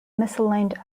misaligned